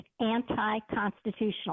anti-constitutional